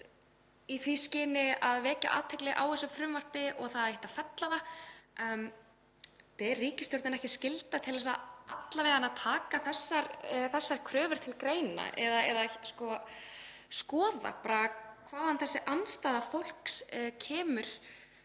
í því skyni að vekja athygli á þessu frumvarpi og að það ætti að fella það. Ber ríkisstjórninni ekki skylda til að taka alla vega þessar kröfur til greina eða skoða hvaðan þessi andstaða fólks kemur